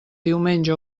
diumenge